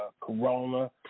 corona